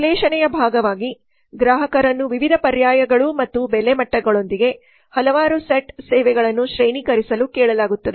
ವಿಶ್ಲೇಷಣೆಯ ಭಾಗವಾಗಿ ಗ್ರಾಹಕರನ್ನು ವಿವಿಧ ಪರ್ಯಾಯಗಳು ಮತ್ತು ಬೆಲೆ ಮಟ್ಟಗಳೊಂದಿಗೆ ಹಲವಾರು ಸೆಟ್ ಸೇವೆಗಳನ್ನು ಶ್ರೇಣೀಕರಿಸಲು ಕೇಳಲಾಗುತ್ತದೆ